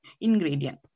ingredient